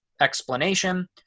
explanation